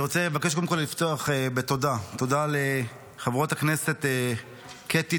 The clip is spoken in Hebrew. קודם כול אני רוצה לפתוח בתודה: תודה לחברות הכנסת קטי,